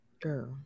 Girl